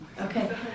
Okay